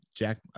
jack